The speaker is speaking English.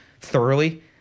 thoroughly